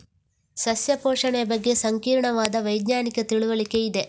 ಸಸ್ಯ ಪೋಷಣೆಯ ಬಗ್ಗೆ ಸಂಕೀರ್ಣವಾದ ವೈಜ್ಞಾನಿಕ ತಿಳುವಳಿಕೆ ಇದೆ